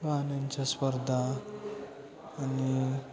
गाण्यांच्या स्पर्धा आणि